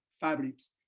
fabrics